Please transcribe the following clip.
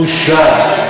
בושה.